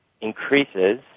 increases